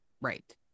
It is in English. Right